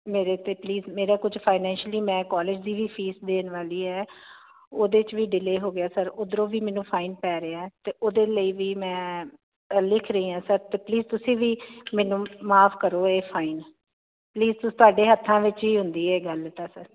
ਮੇਰੇ ਤੇ ਪਲੀਜ ਮੇਰਾ ਕੁਝ ਫਾਈਨੈਂਸ਼ਅਲੀ ਮੈਂ ਕਾਲਜ ਦੀ ਵੀ ਫੀਸ ਦੇਣ ਵਾਲੀ ਹੈ ਉਹਦੇ ਚ ਵੀ ਡਿਲੇ ਹੋ ਗਿਆ ਸਰ ਉਧਰੋਂ ਵੀ ਮੈਨੂੰ ਫਾਈਨ ਪੈ ਰਿਹਾ ਤੇ ਉਹਦੇ ਲਈ ਵੀ ਮੈਂ ਲਿਖ ਰਹੀ ਆ ਸਰ ਪਲੀਜ਼ ਤੁਸੀਂ ਵੀ ਮੈਨੂੰ ਮਾਫ ਕਰੋ ਇਹ ਫਾਈਨ ਪਲੀਜ਼ ਤੁਸੀਂ ਤੁਹਾਡੇ ਹੱਥਾਂ ਵਿੱਚ ਹੀ ਹੁੰਦੀ ਹ ਗੱਲ ਤਾਂ ਸਰ